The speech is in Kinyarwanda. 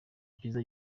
cyiza